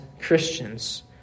Christians